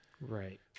Right